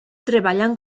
treballant